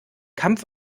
kampf